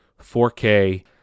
4K